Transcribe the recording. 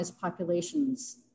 populations